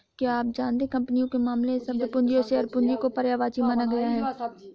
क्या आप जानते है कंपनियों के मामले में, शब्द पूंजी और शेयर पूंजी को पर्यायवाची माना गया है?